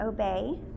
obey